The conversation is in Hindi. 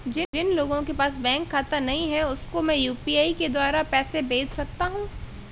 जिन लोगों के पास बैंक खाता नहीं है उसको मैं यू.पी.आई के द्वारा पैसे भेज सकता हूं?